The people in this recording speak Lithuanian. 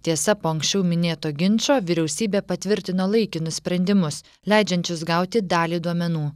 tiesa po anksčiau minėto ginčo vyriausybė patvirtino laikinus sprendimus leidžiančius gauti dalį duomenų